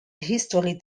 history